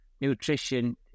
nutrition